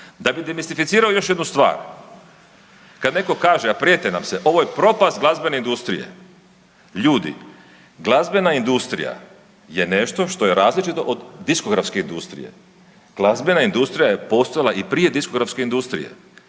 Da bi demistificirao još jednu stvar, kad netko kaže, a prijete nam se, ovo je propast glazbene industrije. Ljudi, glazbena industrija je nešto što je različito od diskografske industrije. Glazbena industrija je postojala i prije diskografske industrije.